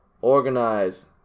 Organize